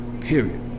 Period